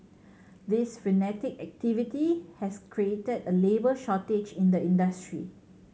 this frenetic activity has created a labour shortage in the industry